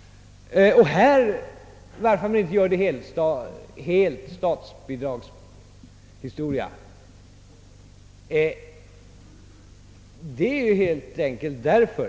Varför inte staten ensam betalar i detta fall beror helt enkelt på